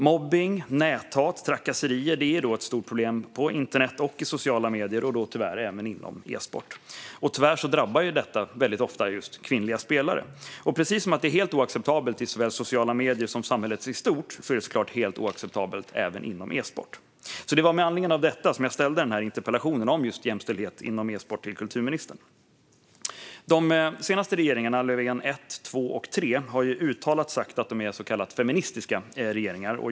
Mobbning, näthat och trakasserier är ett stort problem på internet och i sociala medier, tyvärr även inom e-sport. Tyvärr drabbar detta väldigt ofta just kvinnliga spelare. Precis som det är helt oacceptabelt i såväl sociala medier som samhället i stort är det såklart helt oacceptabelt även inom e-sport. Det var med anledning av detta som jag ställde denna interpellation om jämställdhet inom e-sport till kulturministern. De senaste regeringarna, Löfven 1, 2 och 3, har uttalat sagt att de är så kallat feministiska regeringar.